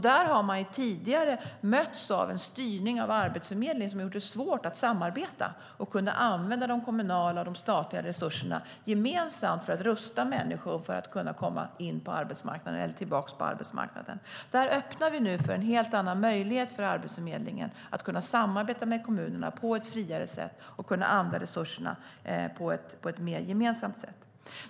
Där har man tidigare mötts av en styrning av Arbetsförmedlingen som har gjort det svårt att samarbeta och att använda de kommunala och de statliga resurserna gemensamt för att rusta människor för att kunna komma in på arbetsmarknaden eller tillbaka till arbetsmarknaden. Där öppnar vi nu för en helt annan möjlighet för Arbetsförmedlingen att samarbeta med kommunerna på ett friare sätt och använda resurserna på ett mer gemensamt sätt.